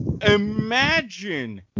Imagine